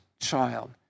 child